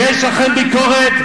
יש לכם ביקורת,